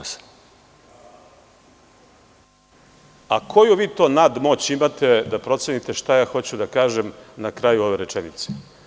A koju vi to nadmoć imate da procenite šta ja hoću da kažem na kraju ove rečenice?